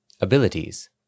Abilities